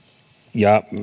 ja